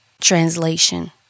Translation